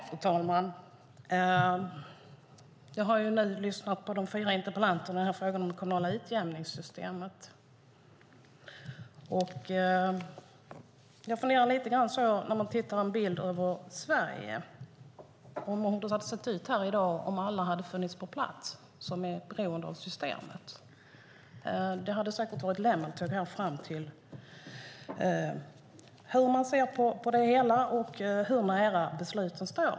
Fru talman! Jag har lyssnat på de fyra interpellanterna i den här frågan om det kommunala utjämningssystemet. Jag funderar lite grann så här: När man tittar på en bild över Sverige, då undrar jag hur det hade sett ut här i dag om alla som är beroende av systemet hade funnit på plats. Det hade säkert varit olika hur man ser på det hela och hur nära besluten man står.